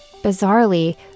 Bizarrely